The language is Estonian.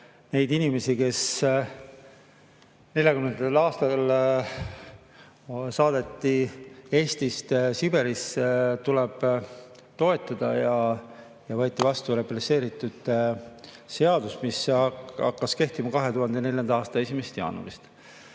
neid inimesi, kes 1940. aastatel saadeti Eestist Siberisse, tuleb toetada. Võeti vastu represseeritute seadus, mis hakkas kehtima 2004. aasta 1. jaanuaril.